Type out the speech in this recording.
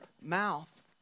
mouth